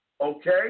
Okay